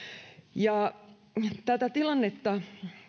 tätä tilannetta